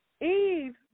Eve